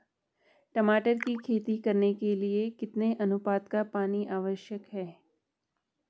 टमाटर की खेती करने के लिए कितने अनुपात का पानी आवश्यक है?